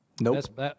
Nope